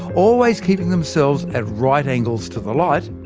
always keeping themselves at right angles to the light,